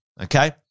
Okay